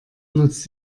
nutzt